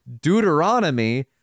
Deuteronomy